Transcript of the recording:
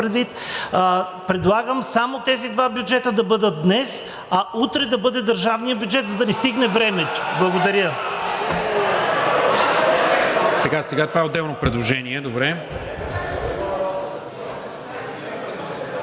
предвид, само тези два бюджета да бъдат днес, а утре да бъде държавният бюджет, за да ни стигне времето. (Възгласи